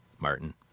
Martin